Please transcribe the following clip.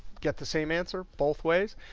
get the same answer both ways.